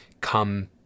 come